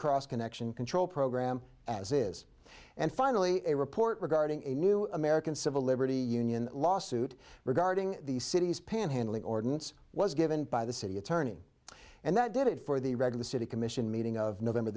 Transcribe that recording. cross connection control program as is and finally a report regarding a new american civil liberty union lawsuit regarding the city's panhandling ordinance was given by the city attorney and that did it for the record the city commission meeting of november